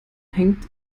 hängt